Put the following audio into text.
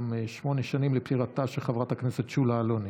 גם שמונה שנים לפטירתה של חברת הכנסת שולה אלוני.